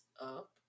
up